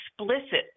explicit